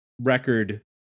record